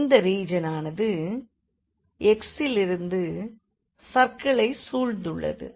கொடுக்கப்பட்ட இண்டெக்ரலின் இண்டெக்ரேஷனின் ரீஜன் yxy2x x2x0 மற்றும் x1எனக் கொடுக்கப்பட்டுள்ளது இந்த ரீஜனானது x லிருந்து சர்க்கிளைச் சூழ்ந்துள்ளது